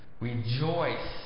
Rejoice